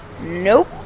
Nope